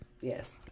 Yes